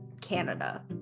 Canada